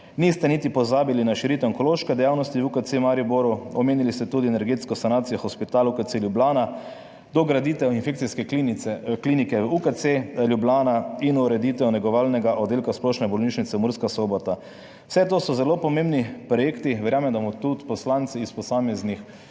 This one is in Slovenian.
niste niti pozabili na širitev onkološke dejavnosti v UKC Mariboru. Omenili ste tudi energetsko sanacijo hospital v UKC Ljubljana, dograditev infekcijske klinike v UKC Ljubljana in ureditev negovalnega oddelka Splošne bolnišnice Murska Sobota. Vse to so zelo pomembni projekti. Verjamem, da bomo tudi poslanci iz posameznih